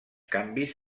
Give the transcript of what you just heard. canvis